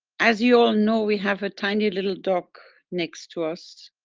as you all know we have a tiny little dog next to us,